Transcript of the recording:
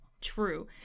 true